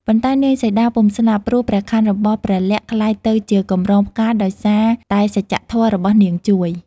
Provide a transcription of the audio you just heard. ប៉ុន្តែនាងសីតាពុំស្លាប់ ព្រោះព្រះខ័នរបស់ព្រះលក្សណ៍ក្លាយទៅជាកម្រងផ្កាដោយសារ តែសច្ចៈធម៌របស់នាងជួយ។